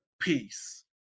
peace